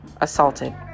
assaulted